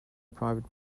private